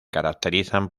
caracterizan